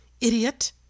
Idiot